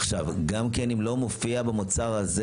עכשיו, גם כן אם לא מופיע במוצר הזה